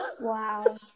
Wow